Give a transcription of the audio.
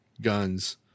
guns